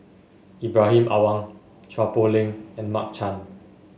Ibrahim Awang Chua Poh Leng and Mark Chan